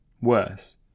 Worse